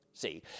See